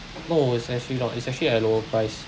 no it's actually not it's actually at a lower price